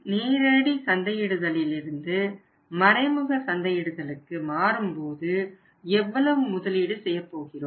நேரடி சந்தையிடுதலிலிருந்து மறைமுக சந்தையிடுதலுக்கு மாறும்போது எவ்வளவு முதலீடு செய்யப்போகிறோம்